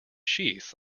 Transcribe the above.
sheath